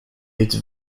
its